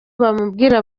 bamubwira